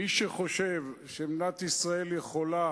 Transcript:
מי שחושב שמדינת ישראל יכולה